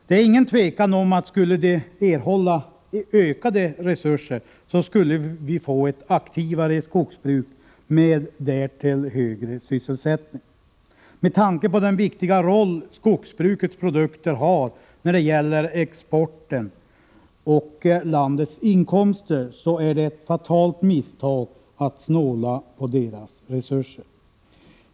Det är ingen tvekan om att med ökade resurser till skogsvårdsstyrelserna skulle vi få ett aktivare skogsbruk med därtill hörande högre sysselsättning. Med tanke på den viktiga roll skogsbrukets produkter har när det gäller exporten och landets inkomster är det ett fatalt misstag att snåla på deras resurser.